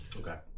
Okay